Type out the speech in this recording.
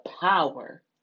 power